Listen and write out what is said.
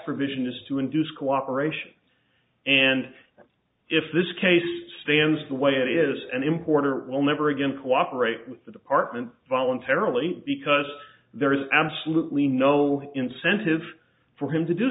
provision is to induce cooperation and if this case stands the way it is an importer will never again cooperate with the department voluntarily because there is absolutely no incentive for him to do